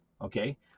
okay